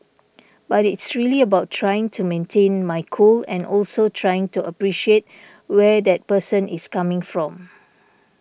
but it's really about trying to maintain my cool and also trying to appreciate where that person is coming from